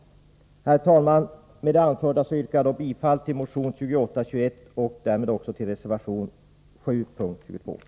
Herr talman! Med det anförda yrkar jag bifall till motion 2821 och därmed också till reservation nr 7 i fråga om punkt 22.